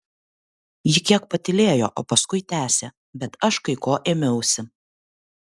ji kiek patylėjo o paskui tęsė bet aš kai ko ėmiausi